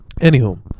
anywho